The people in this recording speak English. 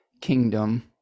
kingdom